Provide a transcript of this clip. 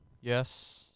yes